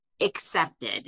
accepted